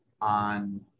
on